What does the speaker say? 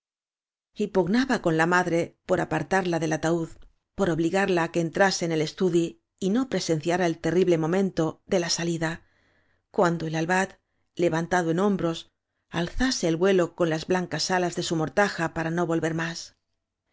pronto pugnaba con la madre por apartarla del ataúd por obligarla á que entrase en el estudi y no presenciara el terrible momento de la sa lida cuando el albat levantado en hombros alzase el vuelo con las blancas alas de su mortaja para no volver más